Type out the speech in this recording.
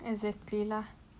exactly lah